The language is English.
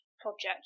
project